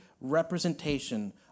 representation